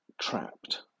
trapped